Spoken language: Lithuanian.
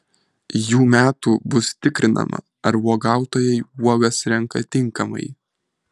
jų metų bus tikrinama ar uogautojai uogas renka tinkamai